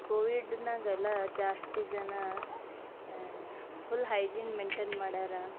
ಕೋವಿಡ್ನಾಗ ಎಲ್ಲ ಜಾಸ್ತಿ ಜನ ಫುಲ್ ಹೈಜೀನ್ ಮೇಂಟೇನ್ ಮಾಡ್ಯಾರ